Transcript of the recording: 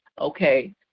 okay